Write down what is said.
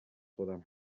خودم